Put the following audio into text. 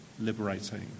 liberating